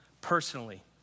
personally